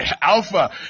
Alpha